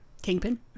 kingpin